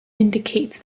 indicates